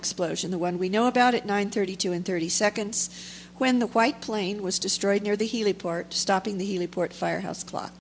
explosion the one we know about at nine thirty two and thirty seconds when the white plane was destroyed near the heliport stopping the heliport firehouse clock